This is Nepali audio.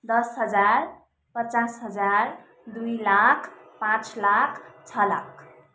दस हजार पचास हजार दुई लाख पाँच लाख छ लाख